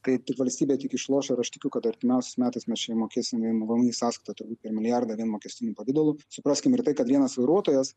tai taip valstybė tik išloš ir aš tikiu kad artimiausiais metais mes čia įmokėsim vien į vmi sąskaitą turbūt per milijardą vien mokestiniu pavidalu supraskim ir tai kad vienas vairuotojas